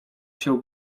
się